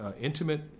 intimate